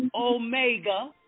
Omega